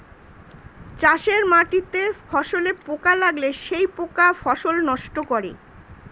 চাষের মাটিতে ফসলে পোকা লাগলে সেই পোকা ফসল নষ্ট করে